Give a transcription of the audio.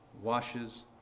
washes